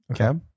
okay